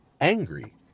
angry